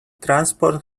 transport